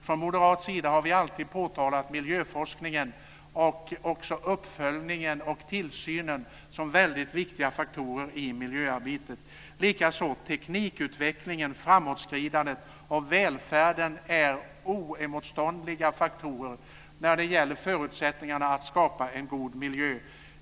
Från moderat sida har vi alltid påtalat miljöforskningen, uppföljningen och tillsynen som väldigt viktiga faktorer i miljöarbetet. Likaså teknikutvecklingen, framåtskridandet och välfärden är oemotståndliga faktorer när det gäller förutsättningarna för att skapa en god miljö.